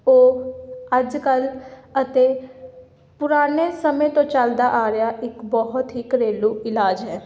ਉਹ ਅੱਜ ਕੱਲ੍ਹ ਅਤੇ ਪੁਰਾਣੇ ਸਮੇਂ ਤੋਂ ਚੱਲਦਾ ਆ ਰਿਹਾ ਇੱਕ ਬਹੁਤ ਹੀ ਘਰੇਲੂ ਇਲਾਜ ਹੈ